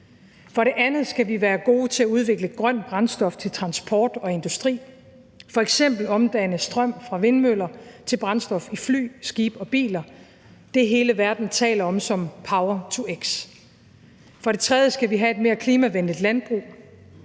For det andet skal vi være gode til at udvikle grønt brændstof til transport og industri, f.eks. omdanne strøm fra vindmøller til brændstof i fly, skibe og biler – altså det, som hele verden taler om som power-to-x. For det tredje skal vi have et mere klimavenligt landbrug.